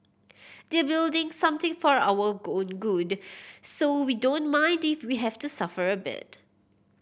they're building something for our own good so we don't mind if we have to suffer a bit